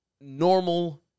normal